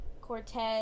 Cortez